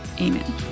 Amen